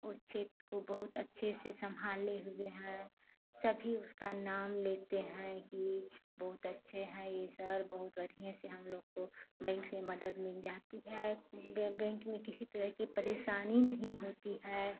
उस क्षेत्र को बहुत अच्छे से सम्भाले हुए हैं सभी उसका नाम लेते हैं कि बहुत अच्छे हैं यह सर बहुत बढ़ियाँ से हमलोग को बैंक से मदद मिल जाती है बैंक में किसी तरह की परेशानी नहीं होती है